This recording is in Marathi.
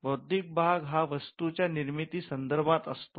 बौद्धिक भाग हा वस्तू च्या निर्मिती संदर्भात असतो